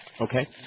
Okay